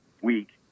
week